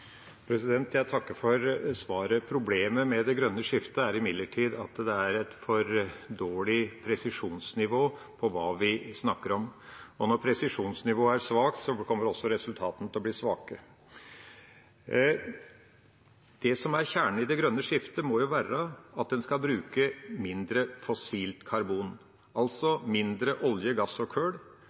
Jeg takker for svaret. Problemet med det grønne skiftet er imidlertid at det er et for dårlig presisjonsnivå på hva vi snakker om. Og når presisjonsnivået er svakt, kommer også resultatene til å bli svake. Det som er kjernen i det grønne skiftet, må jo være at en skal bruke mindre fossilt karbon, altså mindre olje, gass og